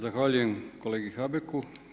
Zahvaljujem kolegi Habeku.